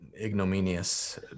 ignominious